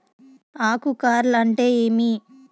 ఆకు కార్ల్ అంటే ఏమి?